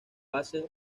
hace